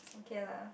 okay lah